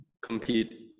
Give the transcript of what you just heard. compete